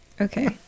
Okay